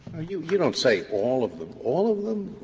you you don't say all of them. all of them?